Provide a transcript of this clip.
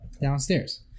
downstairs